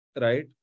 right